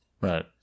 Right